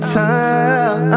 time